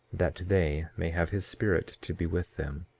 that they may have his spirit to be with them.